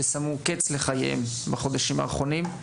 ששמו קץ לחייהם בחודשים האחרונים,